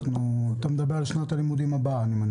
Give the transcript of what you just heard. אני מניח שאתה מדבר על שנת הלימודים הבאה.